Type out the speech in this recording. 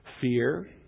fear